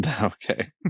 Okay